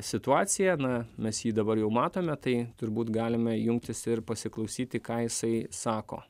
situaciją na mes jį dabar jau matome tai turbūt galime jungtis ir pasiklausyti ką jisai sako